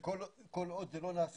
כל עוד זה לא נעשה,